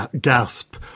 gasp